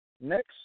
Next